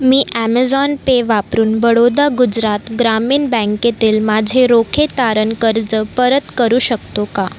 मी Amazon Pay वापरून बडोदा गुजरात ग्रामीण बँकेतील माझे रोखे तारण कर्ज परत करू शकतो का